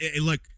look